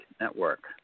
Network